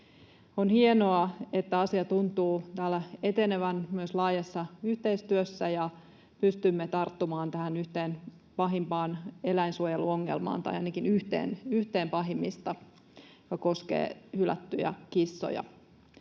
On hienoa, että asia tuntuu täällä etenevän myös laajassa yhteistyössä ja pystymme tarttumaan tähän yhteen pahimmista eläinsuojeluongelmista — joka koskee hylättyjä kissoja.